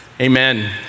amen